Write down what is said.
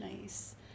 Nice